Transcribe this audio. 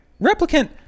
Replicant